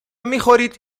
میخورید